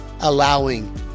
allowing